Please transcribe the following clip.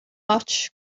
ots